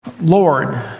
Lord